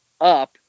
up